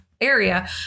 area